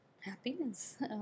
Happiness